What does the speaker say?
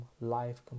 life